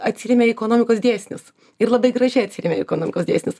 atsiremia į ekonomikos dėsnius ir labai gražiai atsiremia į ekonomikos dėsnius